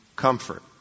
comfort